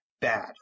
bad